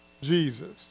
Jesus